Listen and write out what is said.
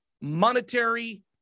monetary